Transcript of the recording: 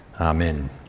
Amen